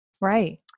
Right